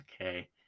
okay